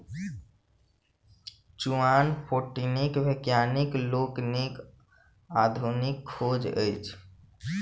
चुआन पटौनी वैज्ञानिक लोकनिक आधुनिक खोज अछि